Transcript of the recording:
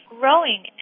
growing